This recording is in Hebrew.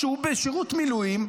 כשהוא בשירות מילואים?